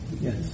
Yes